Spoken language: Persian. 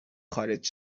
خارج